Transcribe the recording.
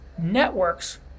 Networks